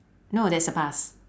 no that's the past